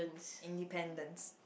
independence